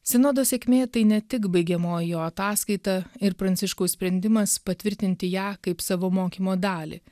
sinodo sėkmė tai ne tik baigiamoji jo ataskaita ir pranciškaus sprendimas patvirtinti ją kaip savo mokymo dalį